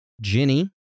Jenny